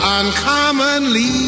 uncommonly